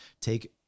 take